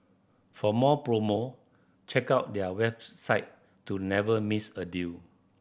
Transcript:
for more promo check out their website to never miss a deal